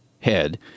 head